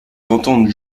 d’entendre